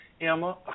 Emma